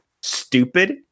stupid